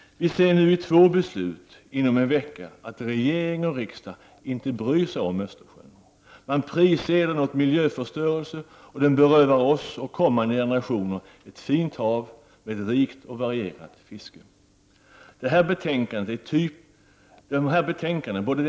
Vi ser nu i två beslut inom en vecka att regering och riksdag inte bryr sig om Öster — Prot. 1989/90:101 sjön. Man prisger den åt miljöförstörelse och berövar oss och kommande = 5 april 1990 generationer ett fint hav med ett rikt och varierat fiske.